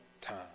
time